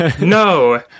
No